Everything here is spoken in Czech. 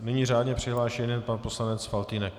Nyní řádně přihlášený pan poslanec Faltýnek.